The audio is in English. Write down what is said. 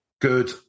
good